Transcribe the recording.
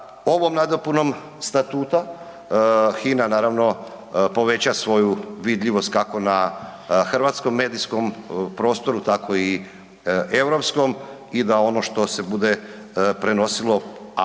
ovom nadopunom Statuta, HINA naravno poveća svoju vidljivost, kako na hrvatskom medijskom prostoru, tako i europskom i da ono što se bude prenosilo, a